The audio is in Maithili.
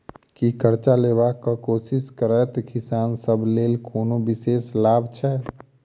की करजा लेबाक कोशिश करैत किसान सब लेल कोनो विशेष लाभ छै?